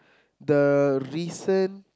the recent